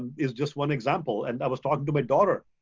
is just one example and i was talking to my daughter,